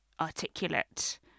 articulate